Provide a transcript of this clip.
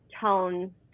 tone